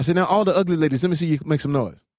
ah now all the ugly ladies, let me see you make some noise.